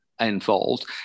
involved